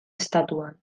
estatuan